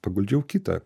paguldžiau kitą